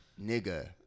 nigga